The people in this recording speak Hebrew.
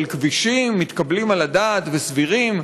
על כבישים מתקבלים על הדעת וסבירים.